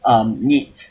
um needs